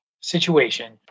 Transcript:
situation